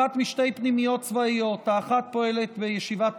זו אחת משתי פנימיות צבאיות: האחת פועלת בישיבת